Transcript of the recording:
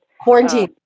Quarantine